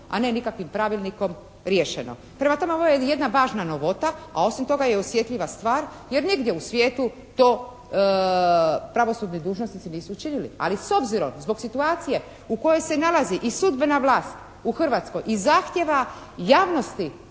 a ne nikakvim pravilnikom riješeno. Prema tome ovo je jedna važna novota. A osim toga je osjetljiva stvar jer nigdje u svijetu to pravosudni dužnosnici nisu učinili. Ali s obzirom zbog situacije u kojoj se nalazi i sudbena vlast i zahtijeva javnosti